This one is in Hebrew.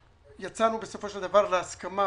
ויצאנו בסופו של דבר להסכמה